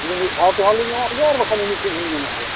ᱟᱹᱞᱤᱧ ᱢᱤᱫ ᱫᱷᱟᱣ ᱛᱮᱦᱚᱸ ᱞᱤᱧ ᱮᱢᱚᱜ ᱜᱮᱭᱟ ᱵᱟᱠᱷᱟᱱ ᱢᱤᱫᱴᱤᱡ ᱦᱚᱸᱞᱤᱧ ᱮᱢᱚᱜ ᱜᱮᱭᱟ